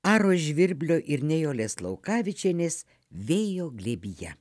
aro žvirblio ir nijolės laukavičienės vėjo glėbyje